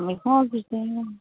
मैगङा बिदिनो